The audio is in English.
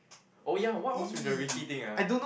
oh ya what what's with the Ricky thing ah